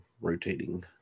rotating